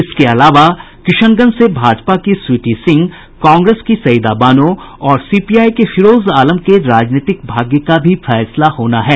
इसके अलावा किशनगंज से भाजपा की स्वीटी सिंह कांग्रेस की सईदा बानो और सीपीआई के फिरोज आलम के राजनीतिक भाग्य का भी फैसला होना है